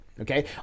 okay